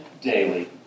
daily